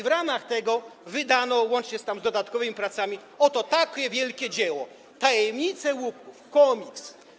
W ramach tego wydano łącznie tam z dodatkowymi pracami takie oto wielkie dzieło: „Tajemnice łupków”, komiks.